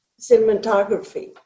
cinematography